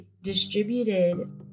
distributed